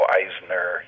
Eisner